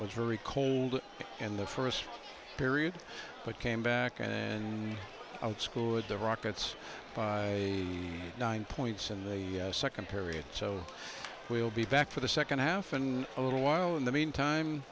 was very cold in the first period but came back and out school with the rockets by the nine points in the second period so we'll be back for the second half and a little while in the meantime